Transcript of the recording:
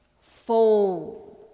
fold